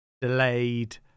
delayed